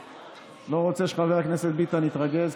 אני לא רוצה שחבר הכנסת ביטן יתרגז,